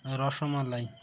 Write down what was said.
rasmalai